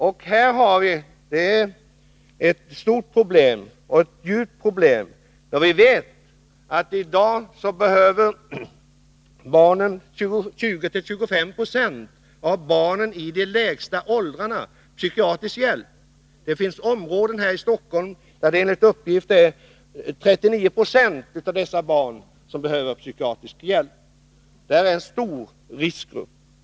Det är ett stort och djupt problem, för vi vet att 20-25 96 av barnen i de lägsta åldrarna behöver psykiatrisk hjälp i dag. Det finns områden här i Stockholm där enligt uppgift 39 20 av barnen behöver psykiatrisk hjälp. Där finns det en stor riskgrupp.